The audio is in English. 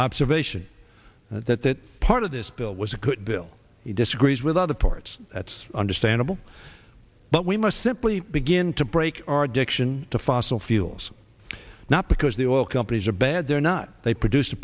observation that that part of this bill was a good bill he disagrees with other parts that's understandable but we must simply begin to break our addiction to fossil fuels not because the oil companies are bad they're not they produce a